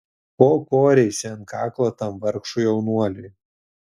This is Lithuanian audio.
ko koreisi ant kaklo tam vargšui jaunuoliui